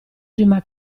prima